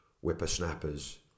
whippersnappers